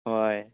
ꯍꯣꯏ